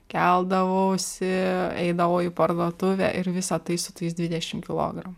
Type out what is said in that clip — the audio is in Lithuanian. keldavausi eidavau į parduotuvę ir visa tai su tais dvidešimt kilogramų